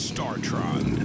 StarTron